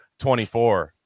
24